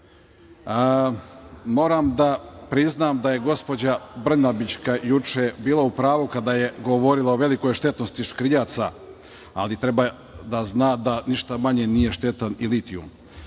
da priznam da je gospođa Brnabić juče bila u pravu kada je govorila o velikoj štetnosti škriljaca, ali treba da zna da ništa manje nije štetan i litijum,